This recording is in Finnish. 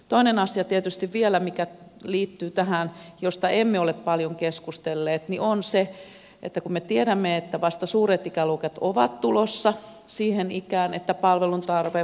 toinen asia tietysti vielä joka liittyy tähän josta emme ole paljon keskustelleet on se että me tiedämme että suuret ikäluokat ovat vasta tulossa siihen ikään että palveluntarve vahvasti kasvaa